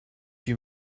you